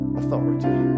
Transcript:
authority